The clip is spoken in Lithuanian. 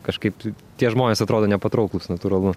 kažkaip tie žmonės atrodo nepatrauklūs natūralu